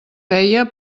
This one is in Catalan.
feia